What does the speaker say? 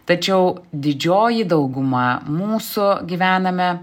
tačiau didžioji dauguma mūsų gyvename